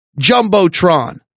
jumbotron